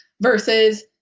versus